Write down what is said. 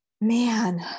Man